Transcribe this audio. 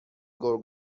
گرگ